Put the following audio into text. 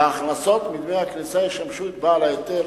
ההכנסות מדמי הכניסה ישמשו את בעל ההיתר